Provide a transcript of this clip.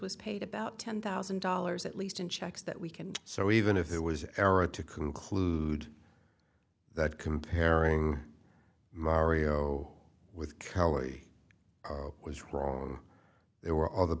was paid about ten thousand dollars at least in checks that we can so even if it was error to conclude that comparing mario with kelly was wrong there were other